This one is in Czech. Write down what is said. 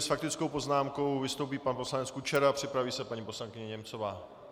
S faktickou poznámkou vystoupí pan poslanec Kučera a připraví se paní poslankyně Němcová.